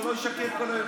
שלא ישקר כל היום,